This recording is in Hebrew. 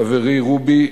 חברי רובי,